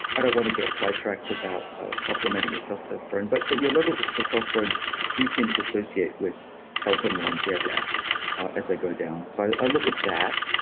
i don't want to get sidetracked about supplementing with testosterone but but your levels of testosterone do seem to associate with health and longevity yeah ah as they go down. so i look at that